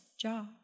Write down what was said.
job